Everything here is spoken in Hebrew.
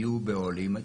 יהיו באוהלים?